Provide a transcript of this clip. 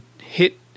hit